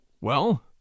Well